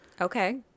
Okay